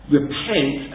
repent